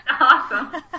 Awesome